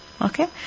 Okay